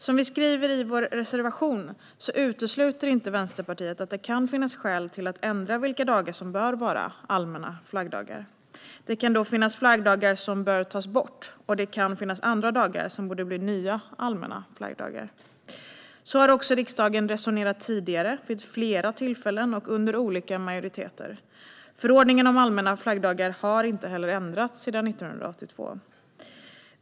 Som vi skriver i vår reservation utesluter inte Vänsterpartiet att det kan finnas skäl att ändra vilka dagar som bör vara allmänna flaggdagar. Det kan då finnas flaggdagar som bör tas bort, och det kan finnas andra dagar som borde bli nya allmänna flaggdagar. Så har också riksdagen resonerat tidigare vid flera tillfällen och under olika majoriteter. Förordningen om allmänna flaggdagar har inte heller ändrats sedan 1982.